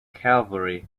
calvary